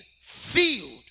filled